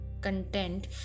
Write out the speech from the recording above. content